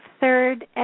third